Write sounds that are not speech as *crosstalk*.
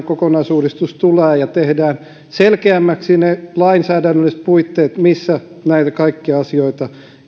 *unintelligible* kokonaisuudistus tulee ja tehdään selkeämmäksi ne lainsäädännölliset puitteet missä näitä kaikkia asioita